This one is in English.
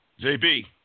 JB